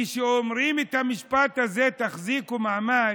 כי כשאומרים את המשפט הזה, "תחזיקו מעמד",